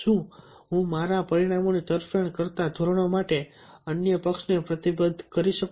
શું હું મારા પરિણામોની તરફેણ કરતા ધોરણો માટે અન્ય પક્ષને પ્રતિબદ્ધ કરી શકું